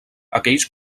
aquells